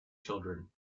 children